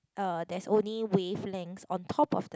uh there's only wavelengths on top of the